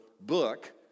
book